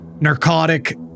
narcotic